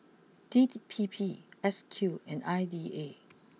D P P S Q and I D A